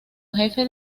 jefe